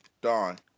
Dawn